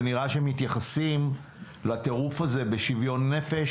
ונראה שמתייחסים לטירוף הזה בשוויון נפש,